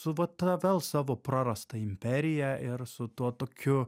su va ta vėl savo prarasta imperija ir su tuo tokiu